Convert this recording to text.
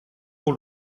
pour